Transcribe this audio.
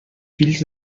fills